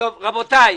רבותיי,